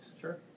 Sure